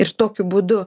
ir tokiu būdu